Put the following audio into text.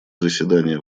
заседание